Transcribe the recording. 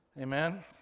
Amen